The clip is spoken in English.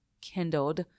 kindled